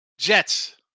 Jets